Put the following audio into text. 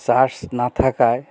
charge না থাকায়